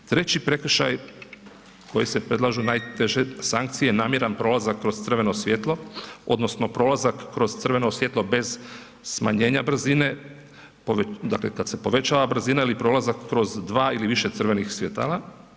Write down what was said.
Treći prekršaj koji se predlažu najteže sankcije namjeran prolazak kroz crveno svjetlo odnosno prolazak kroz crveno svjetlo bez smanjenja brzine, dakle kad se povećava brzina ili prolazak kroz dva ili više crvenih svjetala.